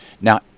Now